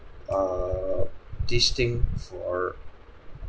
err this thing for